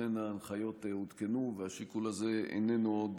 אכן הנחיות עודכנו והשיקול הזה איננו עוד